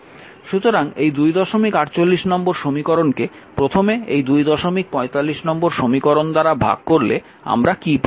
সুতরাং এই 248 নম্বর সমীকরণকে প্রথমে এই 245 নম্বর সমীকরণ দ্বারা ভাগ করলে আমরা কী পাব